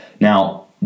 Now